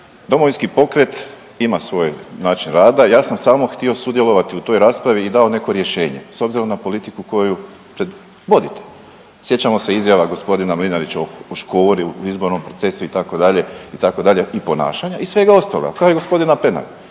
Domovinski pokret ima svoj način rada, ja sam samo htio sudjelovati u toj raspravi i dao neko rješenje s obzirom na politiku koju predvodite. Sjećamo se izjava g. Mlinarića o Škori u izbornom procesu itd., itd. i ponašanja i svega ostalog, kao i g. Penave.